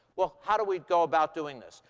well, how do we go about doing this?